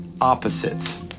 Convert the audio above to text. opposites